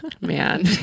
Man